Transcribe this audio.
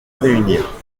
réunir